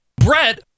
Brett